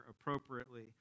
appropriately